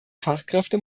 fachkräfte